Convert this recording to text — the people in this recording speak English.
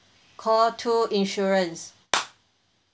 call two insurance